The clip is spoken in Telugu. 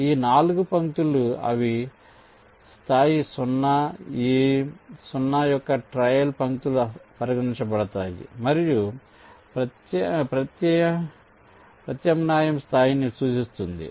కాబట్టి ఈ 4 పంక్తులు అవి స్థాయి 0 ఈ 0 యొక్క ట్రయల్ పంక్తులుగా పరిగణించబడతాయి మరియు ప్రత్యయం స్థాయిని సూచిస్తుంది